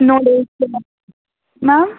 నడ మా